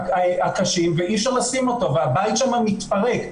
הקשים ואי אפשר לשים אותו והבית שם מתפרק.